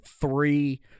three